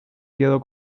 quedo